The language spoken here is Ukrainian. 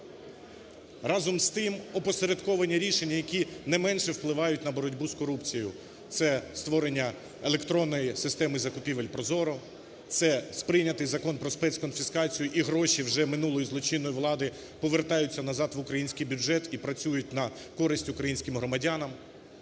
Разом з тим опосередковані рішення, які не менше впливають на боротьбу з корупцією: це створення електронної системи закупівель ProZorro, це прийнятий Закон про спецконфіскацію, і гроші вже минулої злочинної влади повертаються назад в український бюджет і працюють користь українським громадянам.